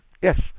Yes